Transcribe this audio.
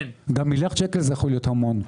גם מיליארד שקל יכולים להיות המון,